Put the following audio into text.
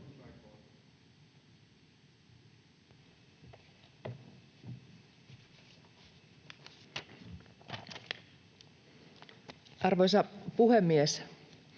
Arvoisa puhemies!